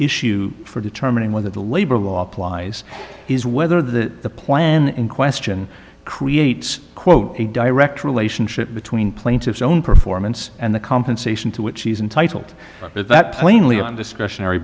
issue for determining whether the labor law applies is whether the plan in question creates quote a direct relationship between plaintiff's own performance and the compensation to a cheese and titled that that plainly on discretionary